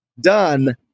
done